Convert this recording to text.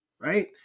right